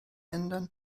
ändern